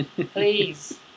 please